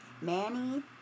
Manny